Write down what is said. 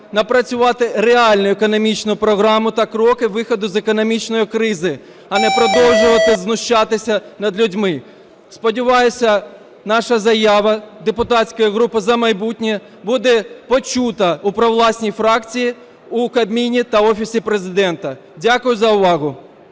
напрацювати реальну економічну програму та кроки виходу з економічної кризи, а не продовжувати знущатися над людьми. Сподіваюся наша заява депутатської групи "За майбутнє" буде почута у провладній фракції, у Кабміні та Офісі Президента. Дякую за увагу.